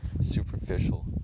superficial